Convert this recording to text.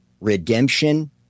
redemption